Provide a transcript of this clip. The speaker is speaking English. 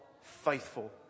faithful